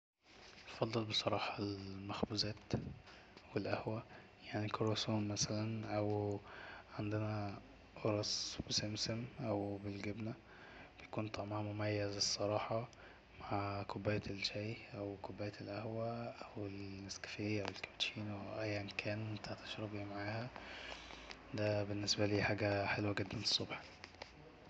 افضل بصراحة المخبوزات والقهوة يعني كرواسون مثلا او عندنا قرص بسمسم او بالجبنة بيكون طعمها مميز الصراحة مع كوباية الشاي أو كوباية القهوة أو النسكافيه أو الكابتشينو أو ايا كان انت هتشرب اي معاها دا بالنسبالي حاجة حلوة جدا الصبح